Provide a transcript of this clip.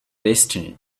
destiny